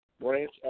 Branch